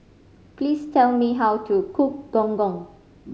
please tell me how to cook Gong Gong